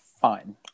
Fine